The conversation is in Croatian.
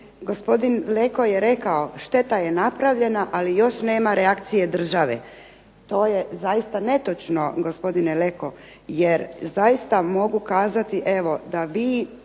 Gospodin Leko je rekao: "Šteta je napravljena, ali još nema reakcije države." To je zaista netočno, gospodine Leko. Jer zaista mogu kazati evo